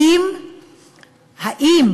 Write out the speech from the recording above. האם,